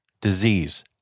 disease